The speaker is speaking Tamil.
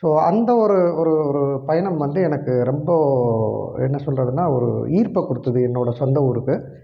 ஸோ அந்தவொரு ஒரு ஒரு பயணம் வந்து எனக்கு ரொம்ப என்ன சொல்றதுனால் ஒரு ஈர்ப்பை கொடுத்துது என்னோடய சொந்த ஊருக்கு